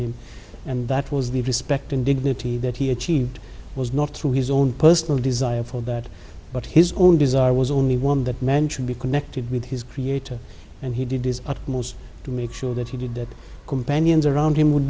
him and that was the respect and dignity that he achieved was not through his own personal desire for that but his own desire was only one that man should be connected with his creator and he did his utmost to make sure that he did companions around him